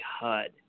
HUD